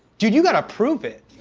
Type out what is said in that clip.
dude, you gotta prove it.